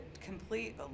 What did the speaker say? complete